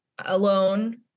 alone